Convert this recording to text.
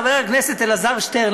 חבר הכנסת אלעזר שטרן,